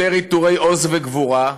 יותר עיטורי עוז וגבורה,